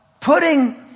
Putting